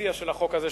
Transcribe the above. למציע של החוק הזה,